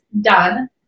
done